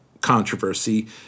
controversy